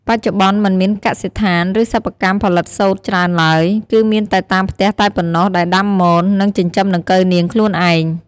បច្ចុប្បន្នមិនមានកសិដ្ឋាន ឬសិប្បកម្មផលិតសូត្រច្រើនឡើយ គឺមានតែតាមផ្ទះតែប៉ុណ្ណោះដែលដាំមន និងចិញ្ចឹមដង្កូវនាងខ្លួនឯង។